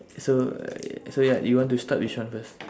so uh yeah so ya you want to start which one first